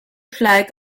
flag